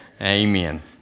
Amen